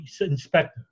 inspector